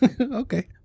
Okay